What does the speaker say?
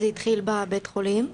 זה התחיל בבית החולים,